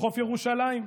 "חוף ירושלים".